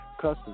custom